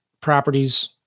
properties